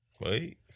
Wait